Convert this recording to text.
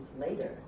later